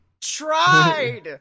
Tried